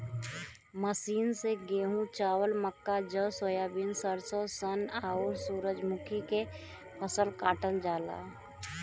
machine से गेंहू, चावल, मक्का, जौ, सोयाबीन, सरसों, सन, आउर सूरजमुखी के फसल काटल जाला